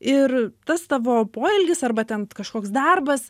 ir tas tavo poelgis arba ten kažkoks darbas